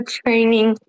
training